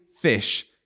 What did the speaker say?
fish